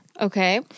okay